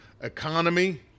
economy